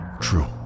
True